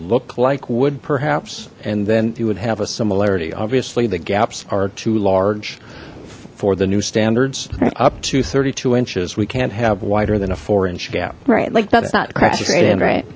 look like wood perhaps and then you would have a similarity obviously the gaps are too large for the new standards up to thirty two inches we can't have wider than a four inch gap right like that's not crafted right